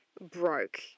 broke